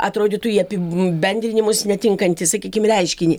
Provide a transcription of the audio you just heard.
atrodytų į apibendrinimus netinkantį sakykim reiškinį